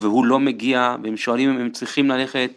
והוא לא מגיע, והם שואלים אם הם צריכים ללכת.